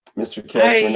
mr keshe